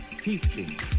teaching